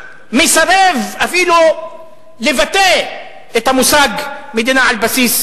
מסרב אפילו לבטא את המושג מדינה על בסיס